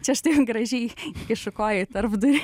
čia aš taip gražiai įkišu koją į tarpdurį